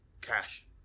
cash